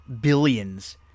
Billions